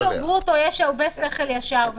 למזלנו, גם לפרופ' גרוטו יש הרבה שכל ישר.